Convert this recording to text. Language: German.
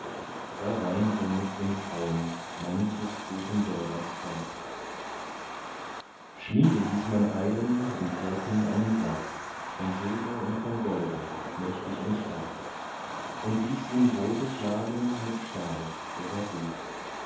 da weinte mit den frauen manchen guten bürgers weib schmiede hieß man eilen und wirken einen sarg von silber und von golde mächtig und stark und ließ ihn wohl beschlagen mit stahl der war gut